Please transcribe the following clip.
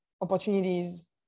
opportunities